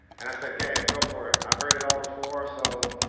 and i said, go ahead go for it. i've heard it all before so